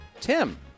Tim